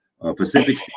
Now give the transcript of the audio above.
Pacific